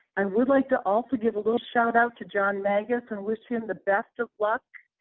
i would like to also give a little shout out to john magnus, and wish him the best of luck.